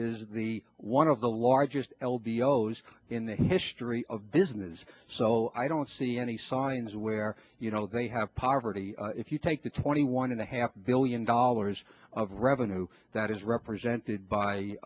is the one of the largest l b o s in the history of business so i don't see any signs where you know they have poverty if you take the twenty one and a half billion dollars of revenue that is represented